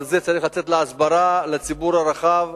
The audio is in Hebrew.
אז על זה צריך לצאת להסברה לציבור הרחב.